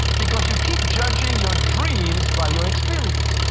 because you keep judging your dreams by your experience.